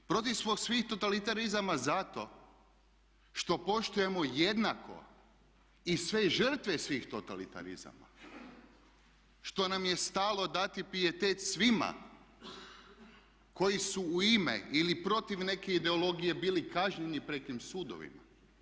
Protiv smo svih totalitarizama zato što poštujemo jednako i sve žrtve svih totalitarizama, što nam je stalo dati pijetet svima koji su u ime ili protiv neke ideologije bili kažnjeni pred sudovima.